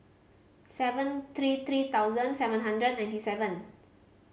seven three three thousand seven hundred ninety seven